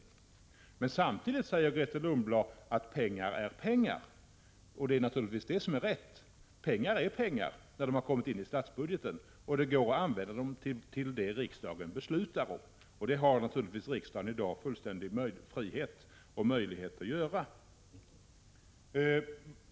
Samtidigt säger Grethe Lundblad att pengar är pengar. Det är naturligtvis riktigt: pengar är pengar när de har kommit in i statsbudgeten och kan användas till det riksdagen har beslutat om. Så har naturligtvis riksdagen fullständig frihet och möjlighet att göra.